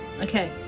Okay